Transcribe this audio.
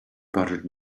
bothered